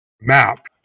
map